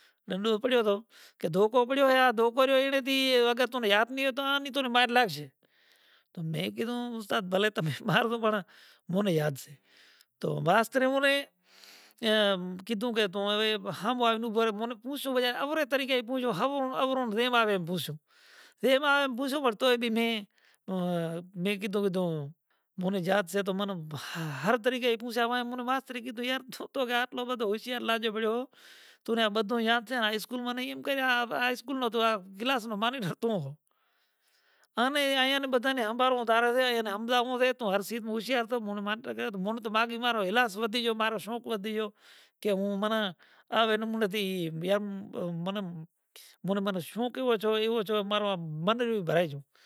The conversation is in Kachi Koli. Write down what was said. تو اینو پڑیوں توں کہ دھوکو پڑیو ھے آ دھوکو رے اینڑاں تھی اگر تو نے یاد نہیں ھوتا نی تو نے مئڑ لگشے۔ تو میں گیھدھوں استاد بھلے تمے مار دو پڑں مونے یاد سے۔ تو ماسترے مونے ایں گیھدھوں کہ توں اوے ھبوائے اینوں مورے پچھوے جویئے اورے طریقے تھی پوچھو۔ ھوروں اوروں جیم آوے پوچھو۔ جیم آوے پوچھو توئے بھی میں میں گھیدھوں مونے یاد سے تو منا ھا ھر طریقے اے پوچھا وائے مونے ماسترے گھیدھوئے یار توں تو کہ اٹلو بدھو ھوشیار لاجو بیڑو ھو تو نے آ بدھو یاد سے آ اسکول ما ایم کرے آ آ اسکول نوں مانن ھتو۔ انے اے ایاں نے بدھے نے ھمباڑووں تارے سے اینے ھمجاؤوں سہ تو ھر چیز ما ھوشیار توں موں مانٹر کر دوں توں من توں مارے کلاس ودھیجیو کہ مو منا آ ورے مونا تھی وئم منم موں مے مارو شوق ایوو چھو ایوو چھو تو مارا من بھی بھرائی جیوں۔